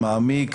מעמיק,